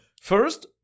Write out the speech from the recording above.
First